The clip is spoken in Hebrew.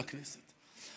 בכנסת.